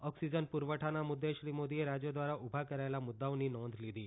oxygen પુરવઠાના મુદ્દે શ્રી મોદીએ રાજ્યો દ્વારા ઉભા કરાચેલા મુદ્દાઓની નોંધ લીધી